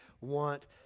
want